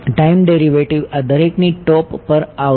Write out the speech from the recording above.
time derivative આ દરેકની top પર આવશે